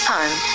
Home